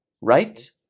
right